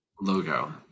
logo